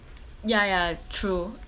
ya ya true